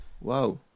wow